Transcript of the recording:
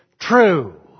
true